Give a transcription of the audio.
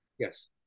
Yes